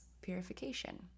purification